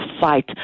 fight